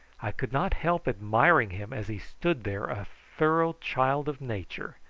i could not help admiring him as he stood there a thorough child of nature,